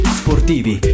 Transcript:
sportivi